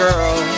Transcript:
Girl